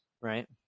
right